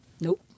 Nope